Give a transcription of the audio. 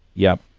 yup.